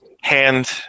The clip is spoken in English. hand